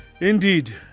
Indeed